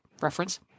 reference